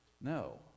No